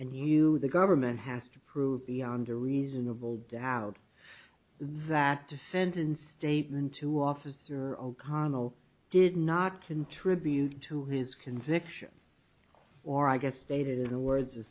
and you the government has to prove beyond a reasonable doubt that defendant statement to officer o'connell did not contribute to his conviction or i guess stated in the words